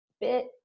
bit